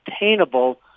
attainable